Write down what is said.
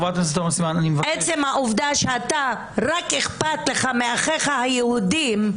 עצם העובדה שאתה רק אכפת לך מאחיך היהודים,